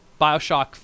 bioshock